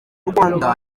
rwanda